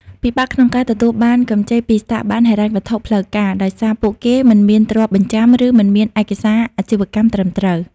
ពិបាកក្នុងការទទួលបានកម្ចីពីស្ថាប័នហិរញ្ញវត្ថុផ្លូវការ ដោយសារពួកគេមិនមានទ្រព្យបញ្ចាំ ឬមិនមានឯកសារអាជីវកម្មត្រឹមត្រូវ ។